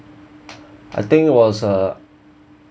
I think was uh